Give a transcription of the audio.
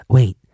Wait